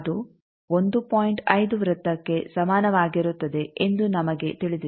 5 ವೃತ್ತಕ್ಕೆ ಸಮಾನವಾಗಿರುತ್ತದೆ ಎಂದು ನಮಗೆ ತಿಳಿದಿದೆ